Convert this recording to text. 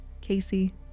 Casey